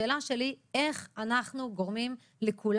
השאלה שלי היא איך אנחנו גורמים לכולם